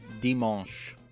dimanche